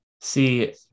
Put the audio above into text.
see